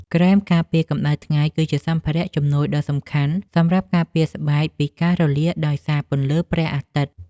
ក្រែមការពារកម្ដៅថ្ងៃ គឺជាសម្ភារៈជំនួយដ៏សំខាន់សម្រាប់ការពារស្បែកពីការរលាកដោយសារពន្លឺព្រះអាទិត្យ។